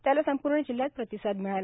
त्याला संपूर्ण जिल्हयात प्रतिसाद मिळाला